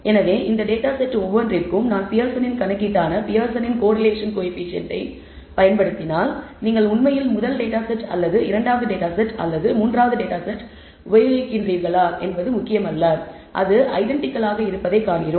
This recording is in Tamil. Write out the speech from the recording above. எனவே இந்த டேட்டா செட் ஒவ்வொன்றிற்கும் நான் பியர்சனின் கணக்கீட்டான பியர்சனின் கோரிலேஷன் கோயபிசியன்ட்டை பயன்படுத்தினால் நீங்கள் உண்மையில் முதல் டேட்டா செட் அல்லது இரண்டாவது டேட்டா செட் அல்லது மூன்றாவது டேட்டா செட் உபயோகிக்கிறீர்களா என்பது முக்கியமல்ல அது இடெண்டிகல் ஆக இருப்பதைக் காண்கிறோம்